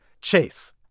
Chase